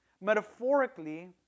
metaphorically